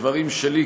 דברים שלי,